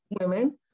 women